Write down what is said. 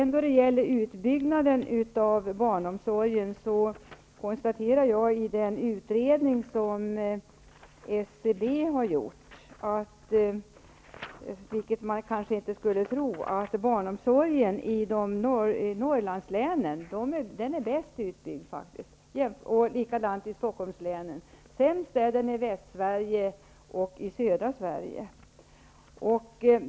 När det gäller utbyggnaden av barnomsorgen kan jag konstatera att det av den utredning som SCB har gjort framgår att, vilket man kanske inte skulle tro, barnomsorgen i Norrlandslänen är bäst utbyggd, likaså i Stockholmslänen. Sämst är den i Västsverige och i södra Sverige.